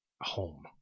home